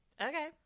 Okay